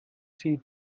sie